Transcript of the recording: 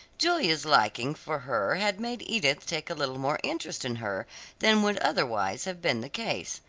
julia's liking for her had made edith take a little more interest in her than would otherwise have been the case,